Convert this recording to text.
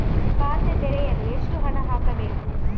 ಖಾತೆ ತೆರೆಯಲು ಎಷ್ಟು ಹಣ ಹಾಕಬೇಕು?